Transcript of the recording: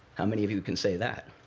how many of you can say that?